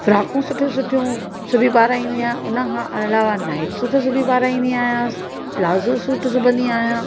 फ्राकूं सुठियूं सुठियूं सिबी पाराईंदी आहियां हिन खां अलावा नाइट सुट सिबी पाराईंदी आहियांसि प्लाज़ो सुट सिबी पाराईंदी आहियां